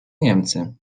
niemcy